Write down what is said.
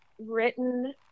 written